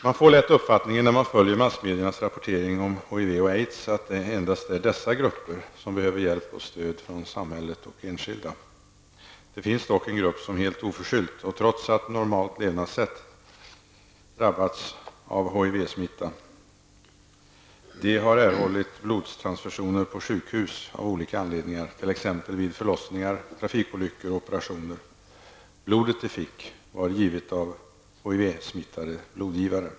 Man får lätt uppfattningen, när man följer massmedias rapportering om HIV och aids, att det endast är dessa grupper som behöver hjälp och stöd från samhället och enskilda. Det finns dock en grupp, som helt oförskyllt och trots ett normalt levnadssätt, har drabbats av HIV smitta. Dessa personer har av olika anledningar erhållit blodtranfusioner på sjukhus, t.ex. vid förlossningar, trafikolyckor och operationer. Blodet som de då har fått har lämnats av HIV smittade blodgivare.